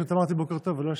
פשוט אמרתי בוקר טוב ולא השבת.